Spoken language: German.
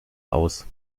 aus